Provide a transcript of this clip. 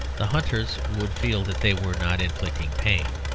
the hunters would feel that they were not inflicting pain.